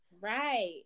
Right